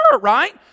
right